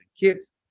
kids